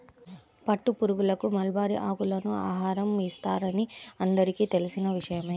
పట్టుపురుగులకు మల్బరీ ఆకులను ఆహారం ఇస్తారని అందరికీ తెలిసిన విషయమే